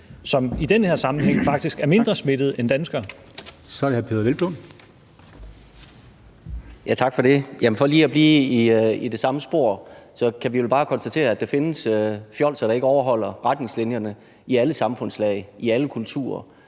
Dam Kristensen): Så er det hr. Peder Hvelplund. Kl. 13:41 Peder Hvelplund (EL): Tak for det. For lige at blive i det samme spor kan vi vel bare konstatere, at der findes fjolser, der ikke overholder retningslinjerne, i alle samfundslag, i alle kulturer,